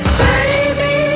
baby